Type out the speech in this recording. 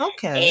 Okay